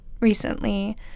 recently